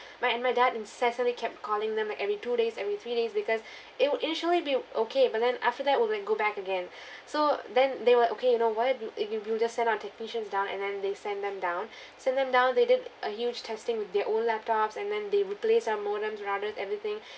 my and my dad incessantly kept calling them every two days every three days because it will initially be okay but then after that will like go back again so then they were okay you know what you if you we'll just send our technicians down and then they send them down send them down they did a huge testing with their own laptops and then they replaced our modems routers everything